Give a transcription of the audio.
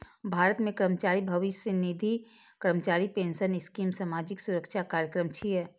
भारत मे कर्मचारी भविष्य निधि, कर्मचारी पेंशन स्कीम सामाजिक सुरक्षा कार्यक्रम छियै